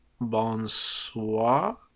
Bonsoir